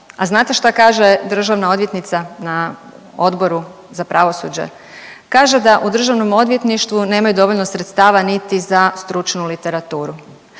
A znate šta kaže državna odvjetnica na Odboru za pravosuđe? Kaže da u Državnom odvjetništvu nemaju dovoljno sredstava niti za stručnu literaturu.